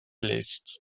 list